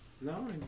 no